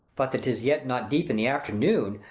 but that tis yet not deep in the afternoon,